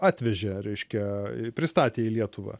atvežė reiškia pristatė į lietuvą